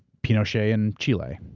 pinochet in chile.